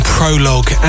prologue